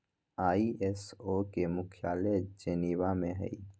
ISO के मुख्यालय Geneva में हइ